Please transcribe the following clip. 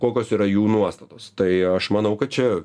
kokios yra jų nuostatos tai aš manau kad čia